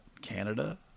Canada